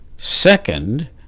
Second